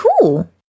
cool